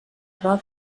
roda